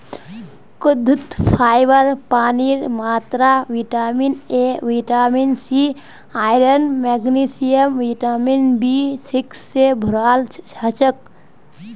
कद्दूत फाइबर पानीर मात्रा vitamin A vitamin C iron magnesium vitamin B six स भोराल हछेक